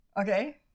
Okay